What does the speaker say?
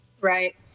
Right